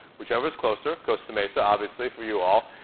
whichever's closer. costa mesa, obviously, for you all.